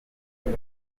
papy